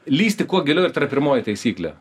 lįsti kuo giliau ir tai yra pirmoji taisyklė